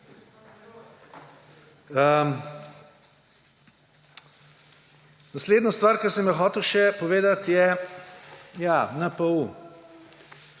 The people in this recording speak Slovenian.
Naslednjo stvar, ki sem jo hotel še povedati, je NPU.